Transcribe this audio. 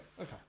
Okay